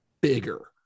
bigger